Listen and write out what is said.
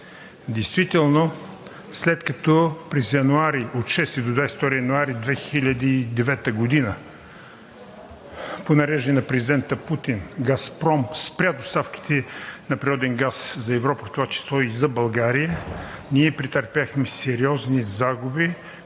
Действително, след като от 6 до 22 януари 2009 г. по нареждане на президента Путин „Газпром“ спря доставките на природен газ за Европа, в това число и за България, ние претърпяхме сериозни загуби,